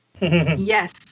Yes